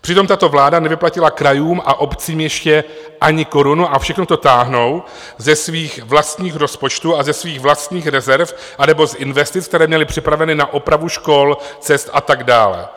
Přitom tato vláda nedoplatila krajům a obcím ještě ani korunu a všechno to táhnou ze svých vlastních rozpočtů a ze svých vlastních rezerv anebo z investic, které měly připraveny na opravu škol, cest a tak dále.